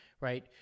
right